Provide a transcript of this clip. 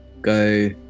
go